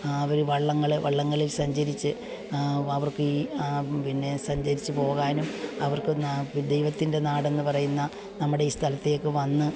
അവർ വള്ളങ്ങൾ വള്ളങ്ങളിൽ സഞ്ചരിച്ച് അവർക്ക് ഈ പിന്നെ സഞ്ചരിച്ച് പോകാനും അവർക്ക് നാ ദൈവത്തിൻ്റെ നാടെന്ന് പറയുന്ന നമ്മുടെ ഈ സ്ഥലത്തേക്ക് വന്ന്